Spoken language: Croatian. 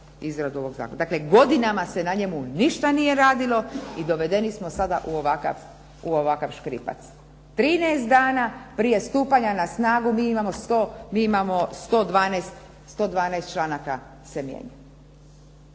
Dakle, godinama se na njemu ništa nije radilo i dovedeni smo sada u ovakav škripac. 13 dana prije stupanja na snagu mi imamo 112 članaka se mijenja.